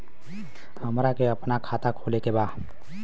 हमरा के अपना खाता खोले के बा?